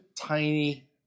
tiny